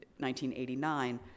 1989